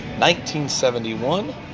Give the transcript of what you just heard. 1971